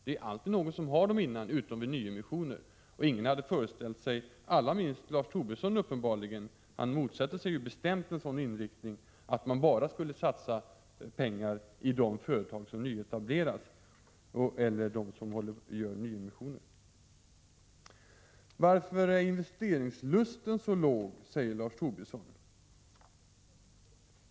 Det är ju alltid någon som har dem tidigare, utom vid nyemissioner, och ingen hade väl föreställt sig — uppenbarligen allra minst Lars Tobisson, som bestämt motsätter sig en sådan inriktning — att man bara skulle satsa pengar i de företag som nyetableras eller i dem som gör nyemissioner. Varför är investeringslusten så låg? frågar Lars Tobisson.